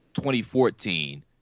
2014